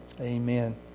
Amen